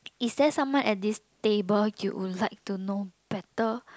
is there someone at this table you want to know better